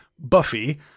Buffy